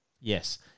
Yes